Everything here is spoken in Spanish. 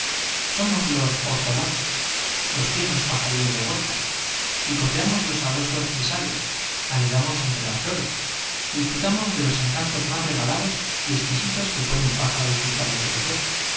somos los ortolan los tiernos pajarillos de huerta picoteamos los sabrosos fresales anidamos entre las flores dis frutamos de los encantos más regalados y exquisitos que puede un pájaro disfrutar y apetecer